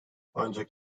ancak